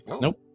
Nope